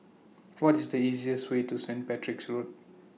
What IS The easiest Way to Saint Patrick's Road